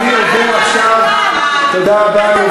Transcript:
תודה רבה.